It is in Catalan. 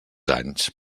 anys